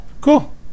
Cool